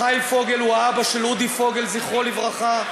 חיים פוגל הוא האבא של אודי פוגל, זכרו לברכה,